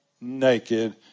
naked